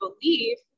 belief